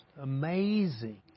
amazing